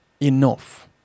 enough